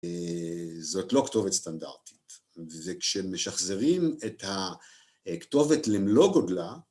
זאת לא כתובת סטנדרטית, וכשמשחזרים את הכתובת למלוא גודלה